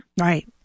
Right